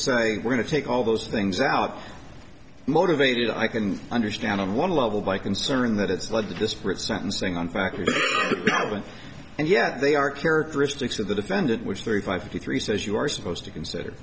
say we're going to take all those things out motivated i can understand on one level by concern that it's led to disparate sentencing on factors and yet they are characteristics of the defendant which thirty five fifty three says you are supposed to consider